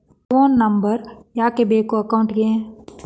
Phone number ಯಾಕೆ ಬೇಕು ಅಕೌಂಟಿಗೆ?